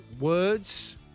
Words